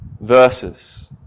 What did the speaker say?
verses